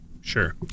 Sure